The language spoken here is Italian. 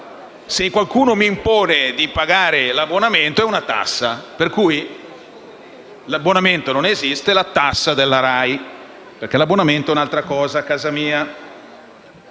se qualcuno mi impone di pagare l'abbonamento, allora è una tassa. Per cui l'abbonamento non esiste: è la tassa della RAI, perché l'abbonamento è un'altra cosa a casa mia.